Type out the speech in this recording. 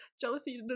jealousy